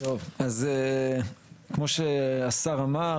אז כמו שהשר אמר,